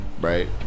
right